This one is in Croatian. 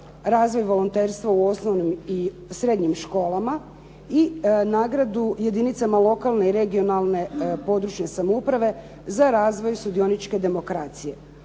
razvoju volonterstva u osnovnim i srednjim školama i nagradu jedinicama lokalne i regionalne područne samouprave za razvoj sudioničke demokracije.